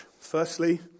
Firstly